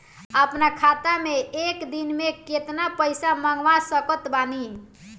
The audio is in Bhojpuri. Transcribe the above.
अपना खाता मे एक दिन मे केतना पईसा मँगवा सकत बानी?